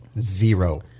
Zero